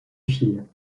file